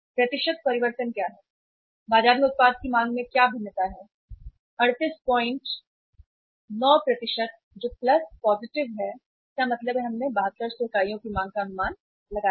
प्रतिशत परिवर्तन क्या है बाजार में उत्पाद की मांग में क्या भिन्नता है 389 जो प्लस पॉजिटिव है इसका मतलब है कि हमने 7200 इकाइयों की मांग का अनुमान लगाया है